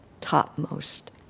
topmost